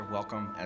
welcome